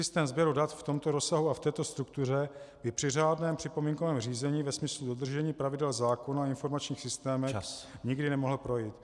Systém sběru dat v tomto rozsahu a v této struktuře by při řádném připomínkovém řízení ve smyslu dodržení pravidel zákona o informačních systémech nikdy nemohl projít.